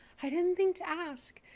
i didn't think to ask.